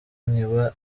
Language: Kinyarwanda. nkiba